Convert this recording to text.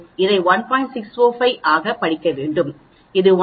645 ஆக படிக்க வேண்டும்